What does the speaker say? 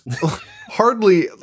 hardly